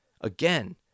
Again